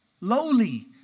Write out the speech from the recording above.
lowly